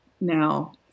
now